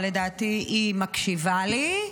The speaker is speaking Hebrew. אבל, לדעתי, היא מקשיבה לי.